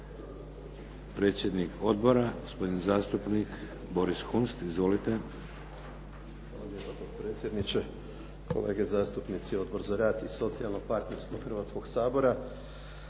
Predsjednik odbora gospodin zastupnik Boris Kunst. Izvolite. **Kunst, Boris (HDZ)** Hvala lijepa. Gospodine potpredsjedniče, kolege zastupnici. Odbor za rad i socijalno partnerstvo Hrvatskoga sabora